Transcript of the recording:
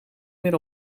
meer